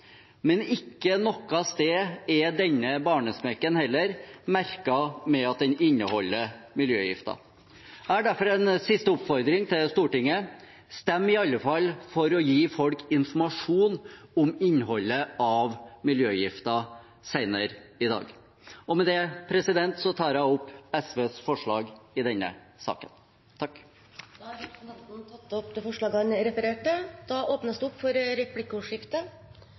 Men heller ikke denne barnesmekken er noe sted merket med at den inneholder miljøgifter. Jeg har derfor en siste oppfordring til Stortinget: Stem i alle fall for å gi folk informasjon om innholdet av miljøgifter senere i dag! Og med det tar jeg opp SVs forslag – de som ikke allerede er tatt opp. Da har representanten Lars Haltbrekken tatt opp de forslagene han refererte til. Det blir replikkordskifte.